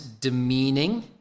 demeaning